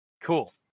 Cool